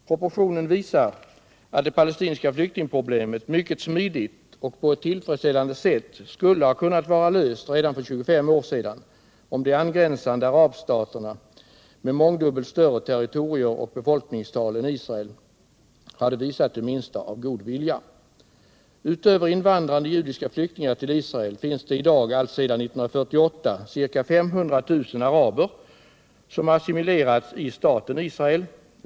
Proportionen visar att det palestinska flyktingproblemet mycket smidigt och på ett tillfredsställande sätt skulle ha kunnat vara löst redan för ca 25 år sedan, om de angränsande arabstaterna med mångdubbelt större territorier och befolkningstal än Israel hade visat det minsta av god vilja! Utöver invandrande judiska flyktingar till Israel finns det i dag allt sedan 1948 ca 500 000 araber, som assimilerats i staten Israel.